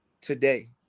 today